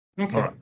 Okay